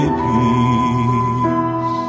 peace